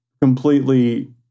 completely